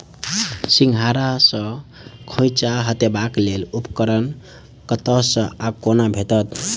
सिंघाड़ा सऽ खोइंचा हटेबाक लेल उपकरण कतह सऽ आ कोना भेटत?